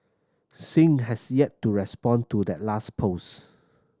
Singh has yet to respond to that last post